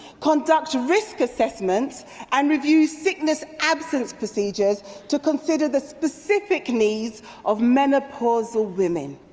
conduct risk assessments and review sickness absence procedures to consider the specific needs of menopausal women.